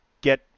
get